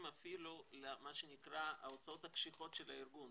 אפילו למה שנקרא ההוצאות הקשיחות של הארגון,